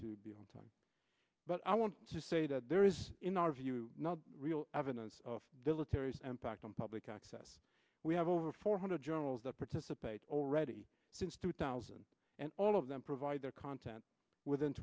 to be on time but i want to say that there is in our view not real evidence of military impact on public access we have over four hundred journals that participate already since two thousand and all of them provide their content within